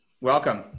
Welcome